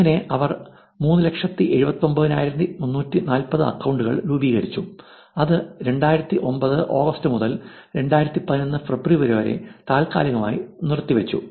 അങ്ങനെ അവർ 379340 അക്കൌണ്ടുകൾ രൂപീകരിച്ചു അത് 2009 ഓഗസ്റ്റ് മുതൽ 2011 ഫെബ്രുവരി വരെ താൽക്കാലികമായി നിർത്തിവച്ചു